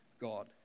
God